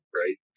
right